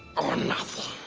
or nothing.